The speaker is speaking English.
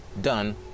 done